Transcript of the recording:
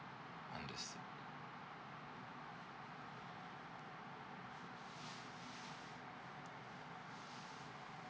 understood